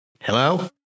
Hello